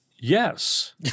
yes